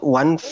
one